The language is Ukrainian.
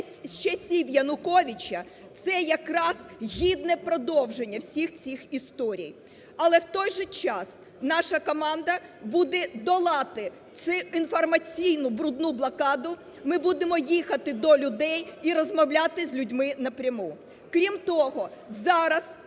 з часів Януковича, це якраз гідне продовження всіх цих історій. Але в той же час наша команда буде долати цю інформаційну брудну блокаду, ми будемо їхати до людей і розмовляти з людьми напряму. Крім того, зараз